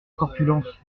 corpulence